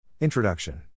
Introduction